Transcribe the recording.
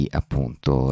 appunto